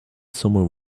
somewhere